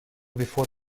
before